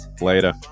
Later